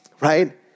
right